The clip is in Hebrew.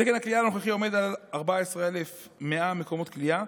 תקן הכליאה הנוכחי עומד על 14,100 מקומות כליאה.